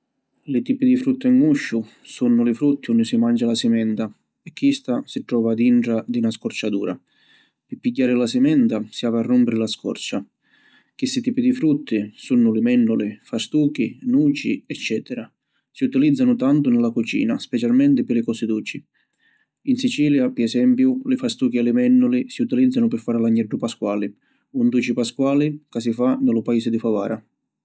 Li tipi di frutta in gusciu sunnu li frutti unni si mancia la simenta e chista si trova dintra di na scorcia dura. Pi pigghiari la simenta si havi a rumpiri la scorcia. Chissi tipi di frutti sunnu li mennuli, fastuchi, nuci, eccetera. Si utilizzanu tantu ni la cucina specialmenti pi li cosi duci. In Sicilia, pi esempiu, li fastuchi e li mennuli, si utilizzanu pi fari l’Agneddu Pasquali, un duci pasquali ca si fa ni lu paisi di Favara.